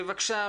בבקשה,